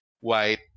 white